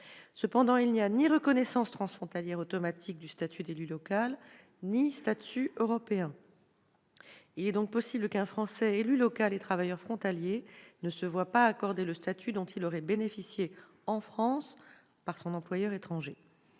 Cependant, il n'y a ni reconnaissance transfrontalière automatique du statut d'élu local ni statut européen. Il est donc possible qu'un Français, élu local et travailleur frontalier, ne se voie pas accorder par son employeur étranger